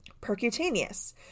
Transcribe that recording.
Percutaneous